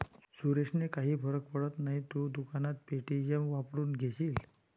सुरेशने काही फरक पडत नाही, तू दुकानात पे.टी.एम वापरून घेशील